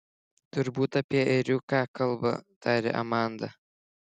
turbūt apie ėriuką kalba tarė amanda